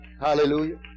Hallelujah